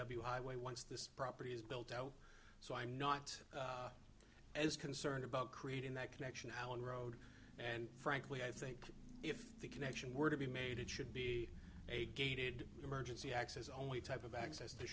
i way once this property is built out so i'm not as concerned about creating that connection at one road and frankly i think if the connection were to be made it should be a gated emergency access only type of access to